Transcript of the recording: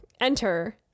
enter